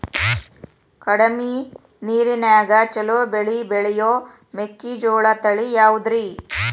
ಕಡಮಿ ನೇರಿನ್ಯಾಗಾ ಛಲೋ ಬೆಳಿ ಬೆಳಿಯೋ ಮೆಕ್ಕಿಜೋಳ ತಳಿ ಯಾವುದ್ರೇ?